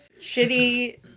shitty